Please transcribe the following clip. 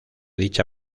dicha